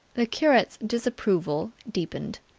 the curate's disapproval deepened.